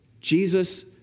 Jesus